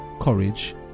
courage